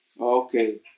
Okay